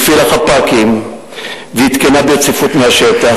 הפעיל חפ"קים ועדכן ברציפות מהשטח.